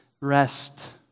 rest